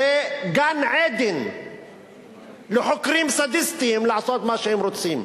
זה גן-עדן לחוקרים סדיסטים לעשות מה שהם רוצים,